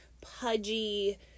pudgy